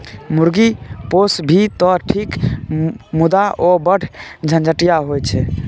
मुर्गी पोसभी तँ ठीक मुदा ओ बढ़ झंझटिया होए छै